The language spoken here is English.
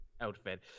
outfit